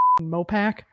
Mopac